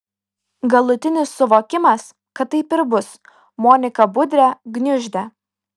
galutinis suvokimas kad taip ir bus moniką budrę gniuždė